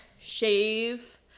shave